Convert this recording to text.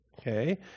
okay